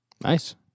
Nice